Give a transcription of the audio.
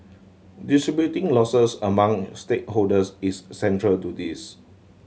distributing losses among stakeholders is central to this